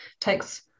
takes